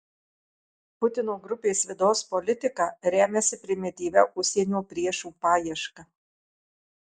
putino grupės vidaus politika remiasi primityvia užsienio priešų paieška